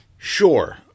Sure